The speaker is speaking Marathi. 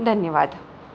धन्यवाद